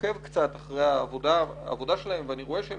עוקב קצת אחרי עבודתם ואני רואה שהם